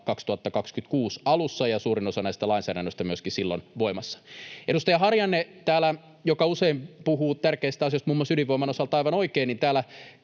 2026 alussa, ja suurin osa lainsäädännöstä myöskin on silloin voimassa. Edustaja Harjanne, joka usein puhuu tärkeistä asioista muun muassa ydinvoiman osalta, aivan oikein täällä